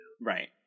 Right